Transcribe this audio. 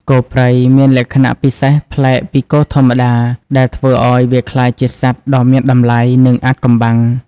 គោព្រៃមានលក្ខណៈពិសេសប្លែកពីគោធម្មតា ដែលធ្វើឱ្យវាក្លាយជាសត្វដ៏មានតម្លៃ និងអាថ៌កំបាំង។